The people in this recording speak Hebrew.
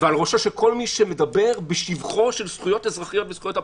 ועל ראשו של כל מי שמדבר בשבחן של זכויות אזרחיות וזכויות הפרט.